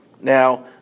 Now